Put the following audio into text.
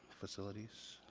facilities.